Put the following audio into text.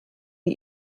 die